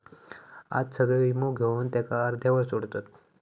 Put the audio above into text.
आज सगळे वीमो घेवन त्याका अर्ध्यावर सोडतत